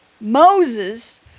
Moses